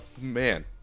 man